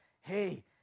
hey